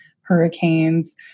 hurricanes